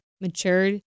matured